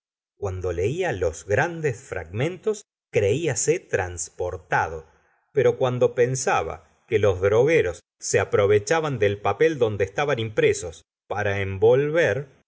cuando lela los grandes fragmentos creíase transportado pero cuando pensaba que los drogueros se aprovechaban del papel donde estaban impresos para